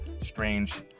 strange